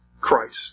Christ